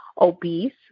obese